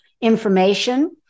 information